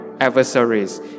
adversaries